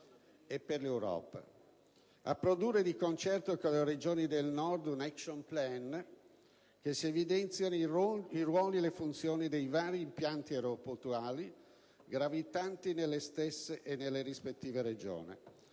e per l'Europa, produrre di concerto con le Regioni del Nord un *action plan* da cui si evincano i ruoli e le funzioni dei vari impianti aeroportuali gravitanti nelle rispettive Regioni,